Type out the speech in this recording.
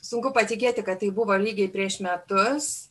sunku patikėti kad tai buvo lygiai prieš metus